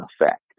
effect